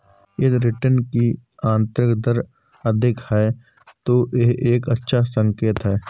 यदि रिटर्न की आंतरिक दर अधिक है, तो यह एक अच्छा संकेत है